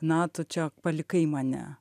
na tu čia palikai mane